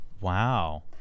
Wow